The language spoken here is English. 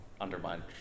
undermine